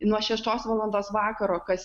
nuo šeštos valandos vakaro kas